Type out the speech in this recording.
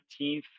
19th